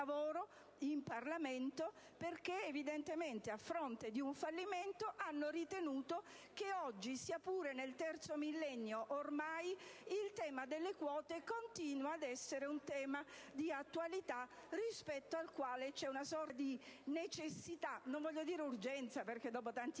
in Parlamento perché evidentemente, a fronte di un fallimento, hanno ritenuto che oggi, sia pure nel terzo millennio, il tema delle quote continua ad essere di attualità e rispetto al quale c'è una sorta di necessità - non voglio parlare di urgenza, dopo tanti